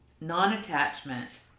Non-attachment